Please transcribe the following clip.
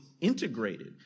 integrated